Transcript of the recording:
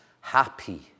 happy